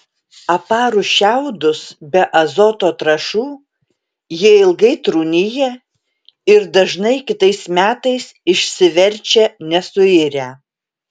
aparus šiaudus be azoto trąšų jie ilgai trūnija ir dažnai kitais metais išsiverčia nesuirę